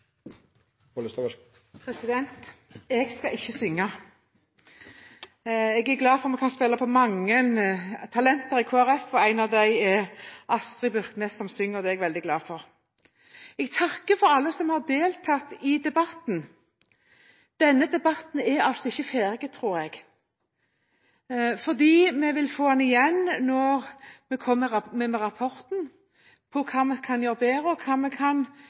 av dem er Astrid Byrknes, som synger, og det er jeg veldig glad for. Jeg takker for alle som har deltatt i debatten. Denne debatten er ikke ferdig, tror jeg, for vi vil få den igjen når rapporten kommer med hva vi kan gjøre bedre, og hva vi kan